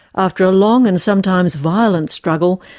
after a long and sometimes violent struggle,